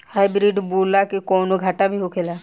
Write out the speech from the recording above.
Hybrid बोला के कौनो घाटा भी होखेला?